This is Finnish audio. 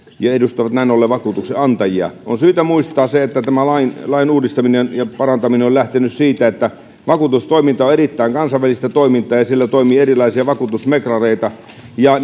ja edustavat näin ollen vakuutuksenantajia on syytä muistaa se että lain lain uudistaminen ja parantaminen ovat lähteneet siitä että vakuutustoiminta on erittäin kansainvälistä toimintaa ja siellä toimii erilaisia vakuutusmeklareita ja